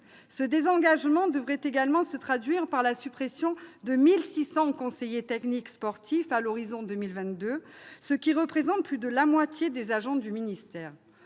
Ce désengagement devrait également se traduire par la suppression de 1 600 conseillers techniques sportifs à l'horizon 2022, ce qui représente plus de la moitié des agents du ministère.